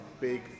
big